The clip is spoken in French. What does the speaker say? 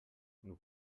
nous